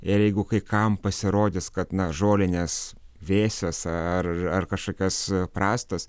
ir jeigu kai kam pasirodys kad na žolinės vėsios ar ar kažkokios prastos